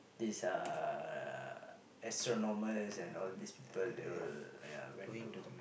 this uh astronomers and all these people they'll went to